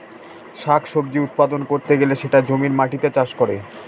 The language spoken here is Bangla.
শাক সবজি উৎপাদন করতে গেলে সেটা জমির মাটিতে চাষ করে